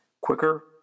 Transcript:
quicker